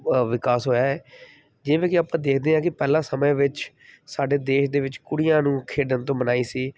ਵਿਕਾਸ ਹੋਇਆ ਹੈ ਜਿਵੇਂ ਕਿ ਆਪਾਂ ਦੇਖਦੇ ਹਾਂ ਕਿ ਪਹਿਲਾਂ ਸਮੇਂ ਵਿੱਚ ਸਾਡੇ ਦੇਸ਼ ਦੇ ਵਿੱਚ ਕੁੜੀਆਂ ਨੂੰ ਖੇਡਣ ਤੋਂ ਮਨਾਹੀ ਸੀ